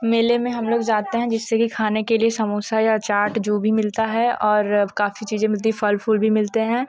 मेले में हम लोग जाते हैं जिससे भी खाने के लिए समोसा या चाट जो भी मिलता है और काफ़ी चीज़ें मिलती है फल फूल भी मिलते हैं